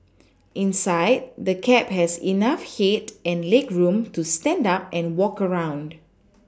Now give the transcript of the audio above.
inside the cab has enough head and legroom to stand up and walk around